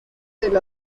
del